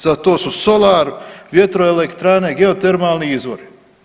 Za to solar, vjetroelektrane, geotermalni izvori.